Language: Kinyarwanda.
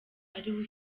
ariwe